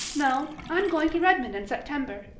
no. i'm going to redmond in september.